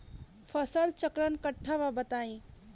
फसल चक्रण कट्ठा बा बताई?